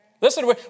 Listen